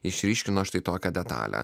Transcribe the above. išryškino štai tokią detalę